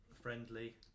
friendly